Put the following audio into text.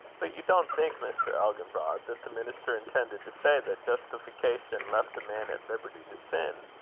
but you don't think, mr. elginbrod, that the minister intended to say that justification left a man at liberty to sin,